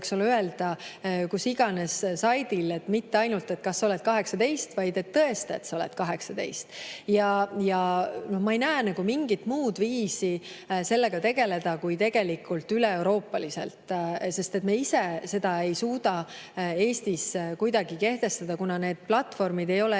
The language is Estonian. kus iganes saidil mitte ainult öelda, et sa oled 18, vaid tõestada, et oled 18. Ma ei näe mingit muud viisi sellega tegeleda kui üleeuroopaliselt, sest me ise seda ei suuda Eestis kuidagi kehtestada, kuna need platvormid ei ole